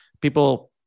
People